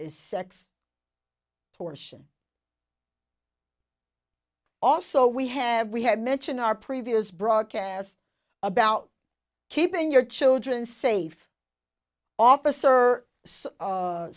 is sex torsion also we have we had mention our previous broadcast about keeping your children safe officer